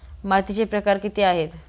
मातीचे प्रकार किती आहेत?